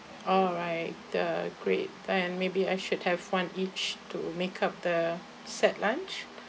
alright the great and maybe I should have one each to make up the set lunch